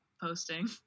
posting